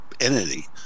Entity